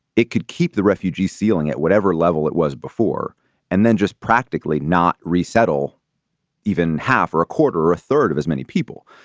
it could keep the refugees ceiling at whatever level it was before and then just practically not resettle even half or a quarter or a third of as many people.